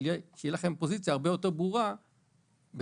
שתהיה להם פוזיציה הרבה יותר ברורה בקופה,